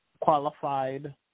qualified